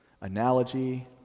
analogy